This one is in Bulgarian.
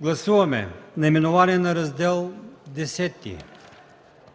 Гласуваме: наименование на Раздел X,